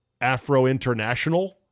Afro-International